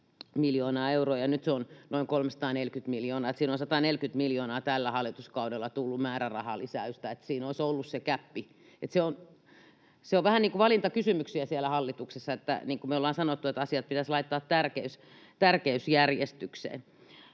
miljoonaa euroa ja nyt se on noin 340 miljoonaa, eli sinne on tällä hallituskaudella tullut määrärahalisäystä 140 miljoonaa. Siinä olisi ollut se gäppi. Se on vähän niin kuin valintakysymys siellä hallituksessa. Niin kuin me ollaan sanottu, asiat pitäisi laittaa tärkeysjärjestykseen.